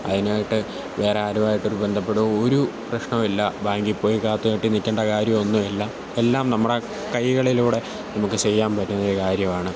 അതിനായിട്ട് വേറാരുവായിട്ട് ബന്ധപ്പെടോ ഒരു പ്രശ്നവും ഇല്ല ബാങ്കില്പ്പോയി കാത്ത് കെട്ടി നില്ക്കേണ്ട കാര്യമൊന്നുവില്ല എല്ലാം നമ്മുടെ കൈകളിലൂടെ നമുക്ക് ചെയ്യാന് പറ്റുന്നൊരു കാര്യവാണ്